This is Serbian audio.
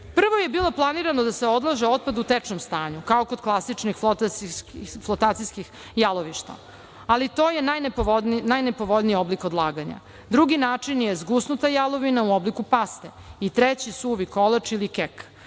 prvo je bilo planirano da se odlaže otpad u tečnom stanju kao kod klasičnih flotacijskih jalovišta, ali to je najnepovoljniji oblik odlaganja, drugi način je zgusnuta jalovina u obliku paste i treći suvi kolač ili kek.